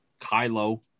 Kylo